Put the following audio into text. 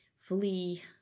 fully